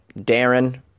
Darren